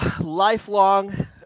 lifelong